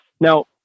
Now